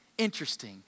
interesting